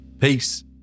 Peace